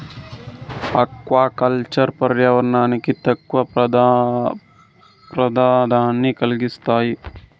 aqua culture పర్యావరణానికి తక్కువ ప్రమాదాన్ని కలిగిస్తాది